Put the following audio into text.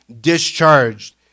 discharged